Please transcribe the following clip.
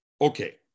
Okay